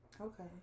Okay